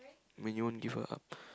when you wanna give her up